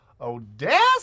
Odessa